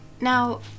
Now